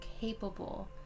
capable